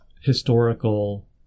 historical